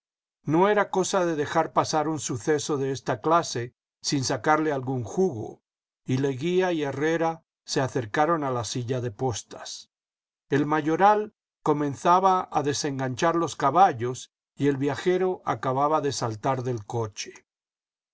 no era cosa de dejar pasar un suceso de esta clase sin sacarle algún jugo y leguía y herrera se acercaron a la silla de postas el mayoral comenzaba a desenganchar los caballos y el viajero acababa de saltar del coche